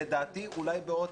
לדעתי אולי בעוד